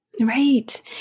Right